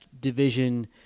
division